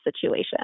situation